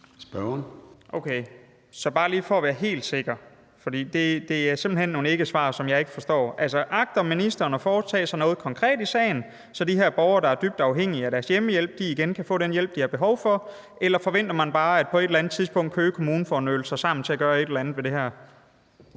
Okay, så vil jeg bare lige være helt sikker, for det er simpelt hen nogle ikkesvar, som jeg ikke forstår. Agter ministeren at foretage sig noget konkret i sagen, så de her borgere, der dybt afhængige af deres hjemmehjælp, igen kan få den hjælp, de har behov for, eller forventer man bare, at på et eller andet tidspunkt får Køge Kommune nølet sig sammen til at gøre et eller andet ved det her?